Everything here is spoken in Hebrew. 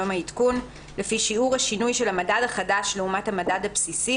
יום העדכון) לפי שיעור השינוי של המדד החדש לעומת המדד הבסיסי,